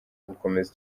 gukomeza